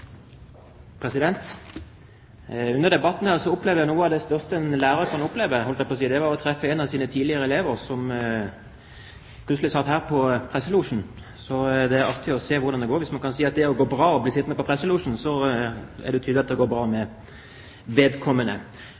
Under debatten her har jeg opplevd noe av det største en lærer kan oppleve. Det var å treffe en tidligere elev, som plutselig satt her i presselosjen. Det er artig å se hvordan det går. Hvis en kan si at det går bra når en sitter i presselosjen, er det tydelig at det går bra med vedkommende.